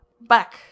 Back